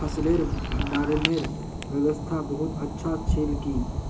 फसलेर भंडारनेर व्यवस्था बहुत अच्छा छिल की